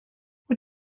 what